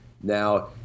Now